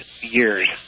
years